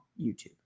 YouTube